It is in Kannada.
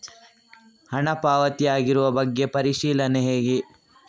ಹಣ ಪಾವತಿ ಆಗಿರುವ ಬಗ್ಗೆ ಪರಿಶೀಲನೆ ಹೇಗೆ?